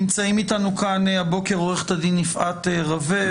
נמצאים איתנו כאן הבוקר עורכת הדין יפעת רווה,